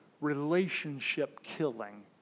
relationship-killing